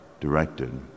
directed